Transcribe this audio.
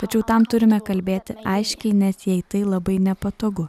tačiau tam turime kalbėti aiškiai nes jei tai labai nepatogu